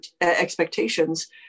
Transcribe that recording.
expectations